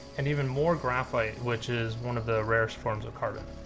and even more graphite, which is one of the rarest forms of carbon.